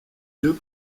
yeux